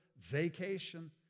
Vacation